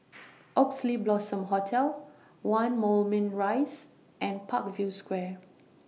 Oxley Blossom Hotel one Moulmein Rise and Parkview Square